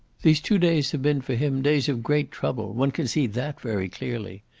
these two days have been for him days of great trouble one can see that very clearly.